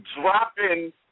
dropping